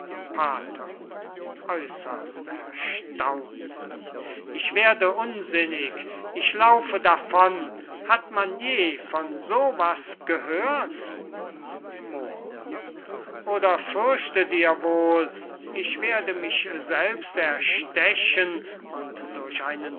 pater äußerst erstaunt ich werde unsinnig ich laufe davon hat man je von so was gehört moor oder fürchtet ihr wohl ich werde mich selbst erstechen und durch einen